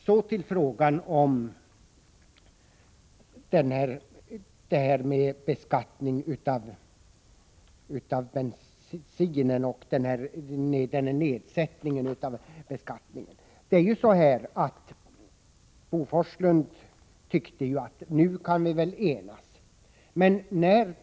Så till frågan om beskattningen av bensin och en nedsättning av skatten på etanol som är producerad av inhemska råvaror. Bo Forslund tyckte att vi väl kunde enas nu.